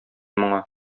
моңа